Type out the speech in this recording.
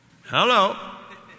Hello